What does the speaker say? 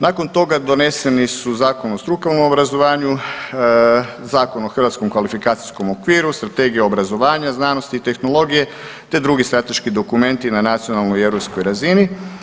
Nakon toga doneseni su Zakon o strukovnom obrazovanju, Zakon o hrvatskom kvalifikacijskom okviru, Stratega obrazovanja, znanosti i tehnologije te drugi strateški dokumenti na nacionalnoj i europskoj razini.